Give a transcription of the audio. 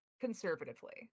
conservatively